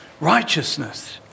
righteousness